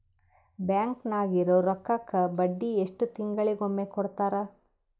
Bank ನಾಗಿರೋ ರೊಕ್ಕಕ್ಕ ಬಡ್ಡಿ ಎಷ್ಟು ತಿಂಗಳಿಗೊಮ್ಮೆ ಕೊಡ್ತಾರ?